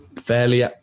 fairly